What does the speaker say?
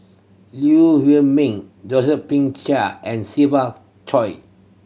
Lee Huei Min Josephine Chia and Siva Choy